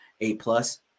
A-plus